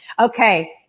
Okay